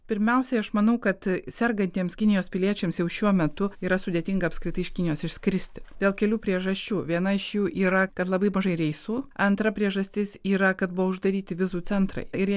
pirmiausiai aš manau kad sergantiems kinijos piliečiams jau šiuo metu yra sudėtinga apskritai iš kinijos išskristi dėl kelių priežasčių viena iš jų yra kad labai mažai reisų antra priežastis yra kad buvo uždaryti vizų centrai ir jie